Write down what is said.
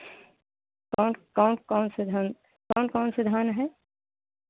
और कौन कौन से धान कौन कौन से धान हैं